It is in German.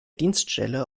dienststelle